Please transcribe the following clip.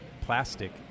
plastic